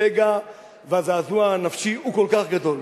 הפגע והזעזוע הנפשי הוא כל כך גדול.